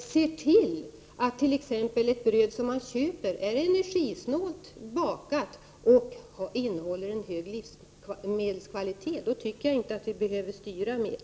ser till att t.ex. ett bröd som man köper är energisnålt bakat och innehåller en hög livsmedelskvalitet. Sedan tycker jag inte att man behöver styra mer.